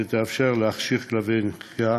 שתאפשר להכשיר כלבי נחייה